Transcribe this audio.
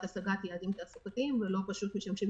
השגת יעדים תעסוקתיים ולא פשוט משמשים